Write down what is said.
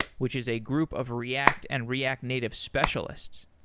which is a group of react and react native specialists.